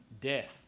death